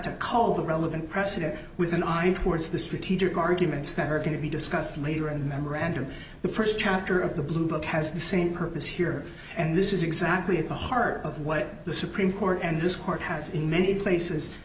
to call the relevant press with an eye towards the strategic arguments that are going to be discussed later in the memorandum the first chapter of the blue book has the same purpose here and this is exactly at the heart of what the supreme court and this court has in many places